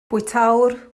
bwytäwr